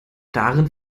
darin